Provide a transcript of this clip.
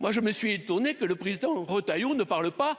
Moi je me suis étonné que le président Retailleau ne parle pas